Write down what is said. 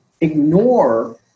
ignore